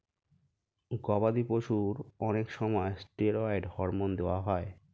গবাদি পশুর অনেক সময় স্টেরয়েড হরমোন দেওয়া হয়